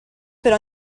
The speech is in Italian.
per